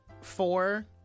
Four